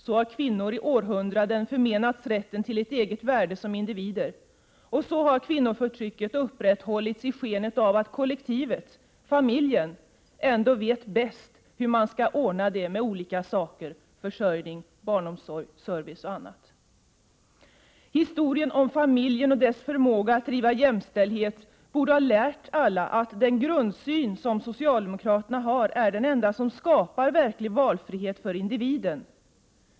Så har kvinnor i århundraden förmenats rätten till ett eget värde som individer, och så har kvinnoförtrycket upprätthållits i skenet av att kollektivet, familjen, ändå vet bäst hur man skall ordna det med försörjning, barnomsorg, service och annat. Historien om familjen och dess förmåga att bedriva jämställdhet borde ha lärt alla att den grundsyn som socialdemokraterna har är den enda som skapar verklig valfrihet för individen.